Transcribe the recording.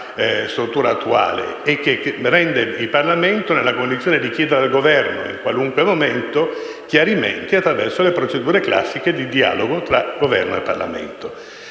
struttura attuale e che mette il Parlamento nella condizione di chiedere al Governo, in qualunque momento, chiarimenti attraverso le procedure classiche di dialogo tra Governo e Parlamento.